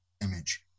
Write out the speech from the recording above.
image